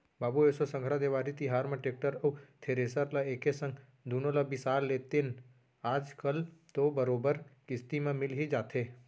बाबू एसो संघरा देवारी तिहार म टेक्टर अउ थेरेसर ल एके संग दुनो ल बिसा लेतेन आज कल तो बरोबर किस्ती म मिल ही जाथे